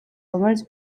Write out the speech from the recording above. რომელიც